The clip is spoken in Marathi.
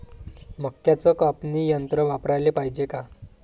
मक्क्याचं कापनी यंत्र वापराले पायजे का?